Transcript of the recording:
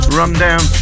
rundown